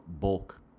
bulk